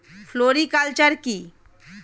Floriculture কি?